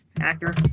actor